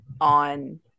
on